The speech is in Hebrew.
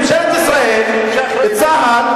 ממשלת ישראל וצה"ל,